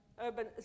urban